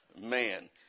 man